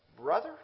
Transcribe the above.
brother